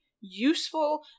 useful